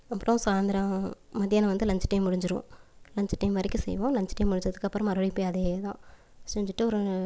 அப்புறம் சாய்ந்திரம் மத்தியானம் வந்து லன்ச் டைம் முடிஞ்சுடும் லன்ச் டைம் வரைக்கும் செய்வோம் லன்ச் டைம் முடிஞ்சதுக்கப்பறம் மறுபடியும் போய் அதேதான் செஞ்சுட்டு ஒரு